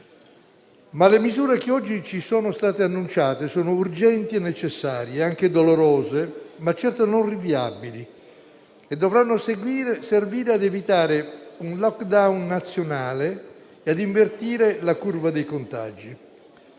Le misure che oggi ci sono state annunciate, però, sono urgenti e necessarie, anche dolorose, ma certo non rinviabili, e dovranno servire ad evitare un *lockdown* nazionale e ad invertire la curva dei contagi.